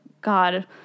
God